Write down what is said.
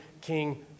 King